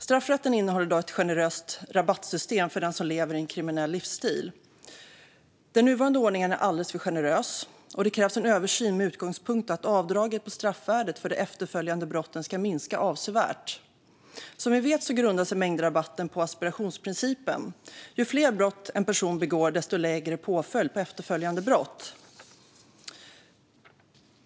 Straffrätten innehåller i dag ett generöst rabattsystem för den med en kriminell livsstil. Den nuvarande ordningen är alldeles för generös. Det krävs en översyn med utgångspunkten att avdraget på straffvärdet för de efterföljande brotten ska minska avsevärt. Som vi vet grundar sig mängdrabatten på asperationsprincipen: ju fler brott en person begår, desto lägre påföljd för efterföljande brott.